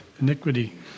iniquity